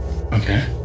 Okay